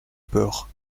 peur